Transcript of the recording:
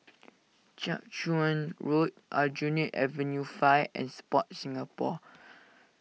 Jiak Chuan Road Aljunied Avenue five and Sport Singapore